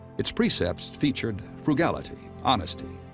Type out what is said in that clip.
its precepts featured frugality, honesty,